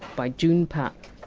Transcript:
by joon pahk,